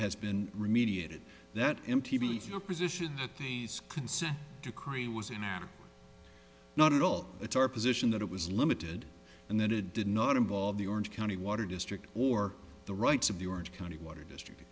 has been remediated that m t b f your position that the consent decree was not at all it's our position that it was limited and that it did not involve the orange county water district or the rights of the orange county water district